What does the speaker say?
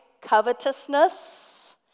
Covetousness